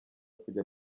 kujya